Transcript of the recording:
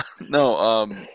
No